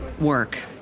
work